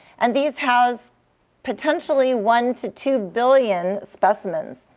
and these house potentially one to two billion specimens.